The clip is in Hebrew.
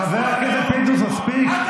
חבר הכנסת פינדרוס, תודה, די.